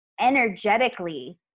energetically